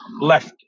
left